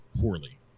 poorly